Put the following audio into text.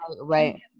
Right